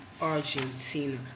Argentina